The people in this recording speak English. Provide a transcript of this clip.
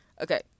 Okay